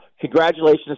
Congratulations